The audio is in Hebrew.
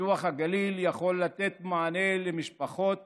פיתוח הגליל יכול לתת מענה למשפחות